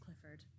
Clifford